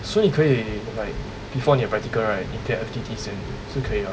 所以可以 like before 你的 practical right 你 take F_T_T 先是可以 lah